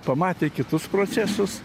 pamatė kitus procesus